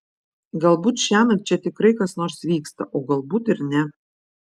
galbūt šiąnakt čia tikrai kas nors vyksta o galbūt ir ne